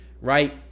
right